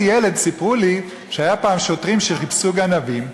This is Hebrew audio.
ילד סיפרו לי שהיו פעם שוטרים שחיפשו גנבים,